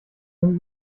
sind